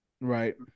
Right